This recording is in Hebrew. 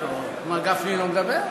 מר גפני לא מדבר?